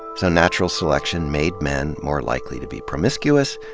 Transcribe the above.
so natural selection made men more likely to be promiscuous,